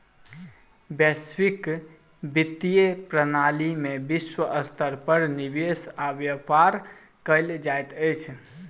वैश्विक वित्तीय प्रणाली में विश्व स्तर पर निवेश आ व्यापार कयल जाइत अछि